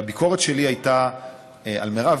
והביקורת שלי הייתה על מירב,